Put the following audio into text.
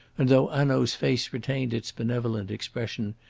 and, though hanaud's face retained its benevolent expression,